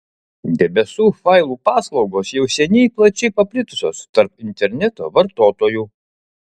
debesų failų paslaugos jau seniai plačiai paplitusios tarp interneto vartotojų